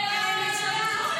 היא משקרת.